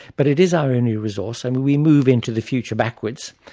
but it is our only resource and we we move into the future backwards,